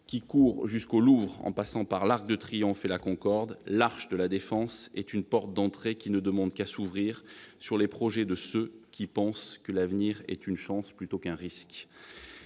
qui court jusqu'au Louvre en passant par l'Arc de Triomphe et la Concorde, l'Arche de la Défense est une porte d'entrée qui ne demande qu'à s'ouvrir sur les projets de ceux qui pensent que l'avenir est une chance plutôt qu'un risque.